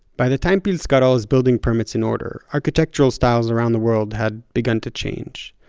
by the time pilz got all his building permits in order, architectural styles around the world had begun to change.